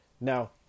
Now